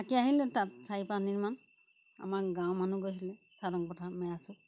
থাকি আহিলোঁ তাত চাৰি পাঁচদিনমান আমাৰ গাঁৱৰ মানুহ গৈছিলে পথাৰ মেৰা চুক